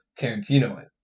Tarantino